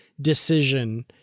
decision